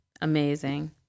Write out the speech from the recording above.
amazing